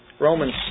Romans